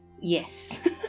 Yes